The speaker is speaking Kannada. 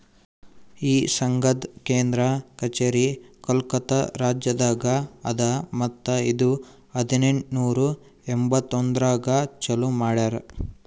ಈ ಸಂಘದ್ ಕೇಂದ್ರ ಕಚೇರಿ ಕೋಲ್ಕತಾ ರಾಜ್ಯದಾಗ್ ಅದಾ ಮತ್ತ ಇದು ಹದಿನೆಂಟು ನೂರಾ ಎಂಬತ್ತೊಂದರಾಗ್ ಚಾಲೂ ಮಾಡ್ಯಾರ್